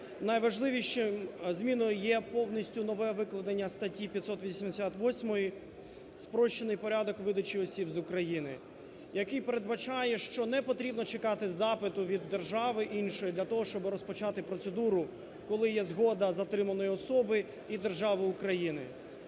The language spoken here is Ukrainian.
Найважливішою зміною є повністю нове викладення статті 588 "Спрощений порядок видачі осіб з України", який передбачає, що непотрібно чекати запиту від держави іншої для того, щоб розпочати процедуру, коли є згода затриманої особи і держави України.